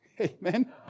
Amen